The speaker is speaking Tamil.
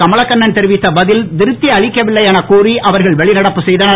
கமலக்கண்ணன் தெரிவித்த பதில் இருப்தி அளிக்கவில்லை எனக் கூறி அவர்கள் வெளிநடப்பு செய்தனர்